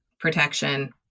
protection